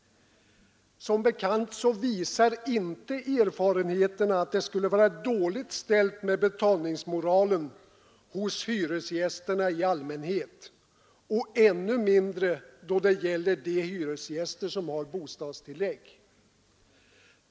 Som bekant visar inte erfarenheterna att det skulle vara dåligt ställt med betalningsmoralen hos hyresgästerna i allmänhet och ännu mindre då det gäller de hyresgäster som har bostadstillägg.